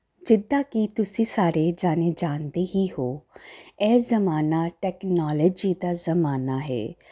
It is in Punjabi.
ਜਿੱਦਾਂ ਕਿ ਤੁਸੀਂ ਸਾਰੇ ਜਾਣੇ ਜਾਣਦੇ ਹੀ ਹੋ ਇਹ ਜ਼ਮਾਨਾ ਟੈਕਨੋਲੋਜੀ ਦਾ ਜ਼ਮਾਨਾ ਹੈ